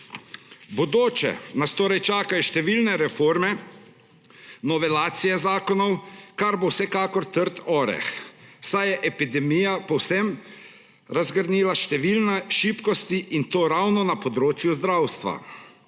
bodoče nas torej čakajo številne reforme, novelacije zakonov, kar bo vsekakor trd oreh, saj je epidemija povsem razgrnila številne šibkosti in to ravno na področju zdravstva.